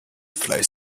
fleisch